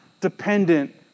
dependent